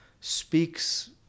speaks